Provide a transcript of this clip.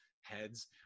heads